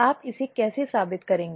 आप इसे कैसे साबित करेंगे